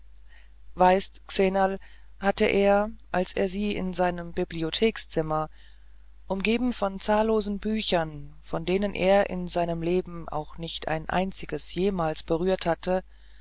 sagte er als er sie in seinem bibliothekszimmer umgeben von zahllosen büchern von denen er in seinem leben auch nicht ein einziges jemals berührt hatte